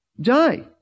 die